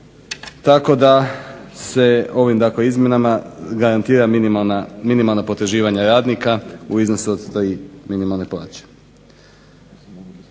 tako da se ovim izmjenama garantira minimalna potraživanja radnika u iznosu od tri minimalne plaće.